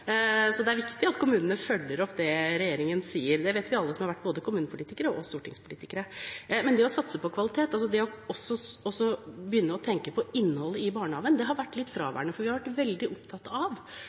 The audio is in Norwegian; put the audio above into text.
så det er viktig at kommunene følger opp det regjeringen sier. Det vet alle vi som har vært både kommunepolitikere og stortingspolitikere. Men det å satse på kvalitet, å begynne å tenke på innholdet i barnehagen også, har vært litt fraværende. Vi har vært veldig opptatt av